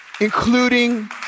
including